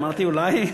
אמרתי אולי,